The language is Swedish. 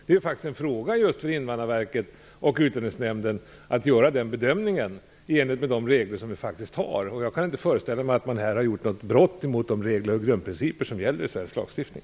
Det är en fråga just för Invandrarverket och Utlänningsnämnden att göra den bedömningen i enlighet med de regler som vi faktiskt har. Jag kan inte föreställa mig att man här har brutit mot de regler och grundprinciper som gäller i svensk lagstiftning.